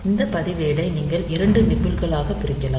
இந்த பதிவேடை நீங்கள் 2 நிபில்களாக பிரிக்கலாம்